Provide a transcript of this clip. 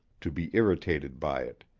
to be irritated by it.